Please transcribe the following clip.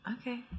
okay